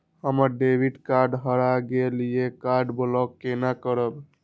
हमर debit card हरा गेल ये कार्ड ब्लॉक केना करब?